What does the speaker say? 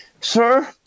sir